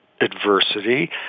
adversity